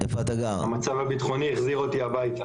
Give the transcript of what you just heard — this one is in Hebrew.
המצב הביטחוני החזיר אותי הביתה.